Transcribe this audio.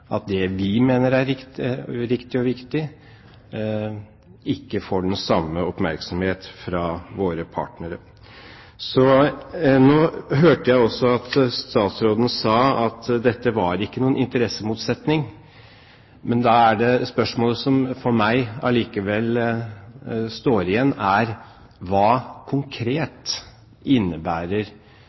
at det vi mener er riktig og viktig, ikke får den samme oppmerksomhet fra våre partnere. Nå hørte jeg også at statsråden sa at dette ikke var noen interessemotsetning, men da er det et spørsmål som for meg likevel står igjen: Hva konkret innebærer